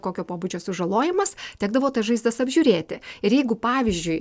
kokio pobūdžio sužalojimas tekdavo tas žaizdas apžiūrėti ir jeigu pavyzdžiui